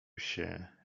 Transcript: się